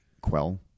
quell